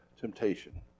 temptation